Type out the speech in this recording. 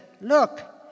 look